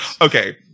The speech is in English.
Okay